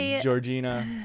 Georgina